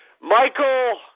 Michael